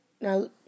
Now